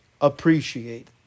appreciate